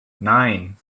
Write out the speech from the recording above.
nine